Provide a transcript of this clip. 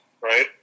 right